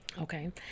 Okay